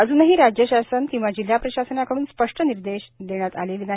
अजूनही राज्य शासन किंवा जिल्हा प्रशासनाकडून स्पष्ट निर्देश देण्यात आले नाही